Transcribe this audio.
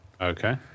Okay